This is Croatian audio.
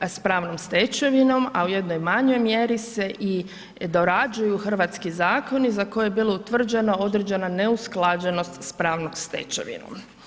s pravnom stečevinom, a u jednoj manjoj mjeri se i dorađuju hrvatski zakoni za koje je bila utvrđena određena neusklađenost s pravnom stečevinom.